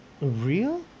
real